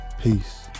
Peace